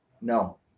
No